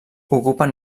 ocupen